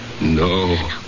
No